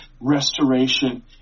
restoration